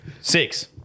Six